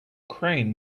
crane